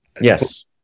Yes